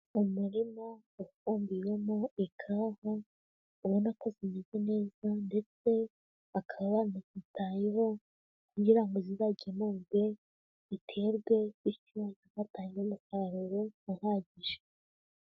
Umurima ufumbiwemo ikawa, ubona ko zimeze neza ndetse bakaba banazitayeho kugira ngo zizagemurwe ziterwe bityo zizatange umusaruro uhagije.